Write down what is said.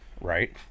Right